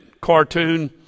cartoon